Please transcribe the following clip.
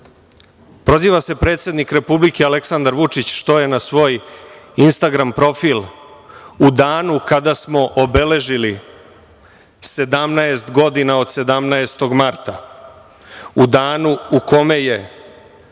se predsednik Republike Aleksandar Vučić što je na svoj Instagram profil u danu kada smo obeležili 17 godina od 17. marta, u danu u kome je